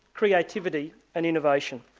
creativity and innovation.